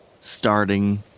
starting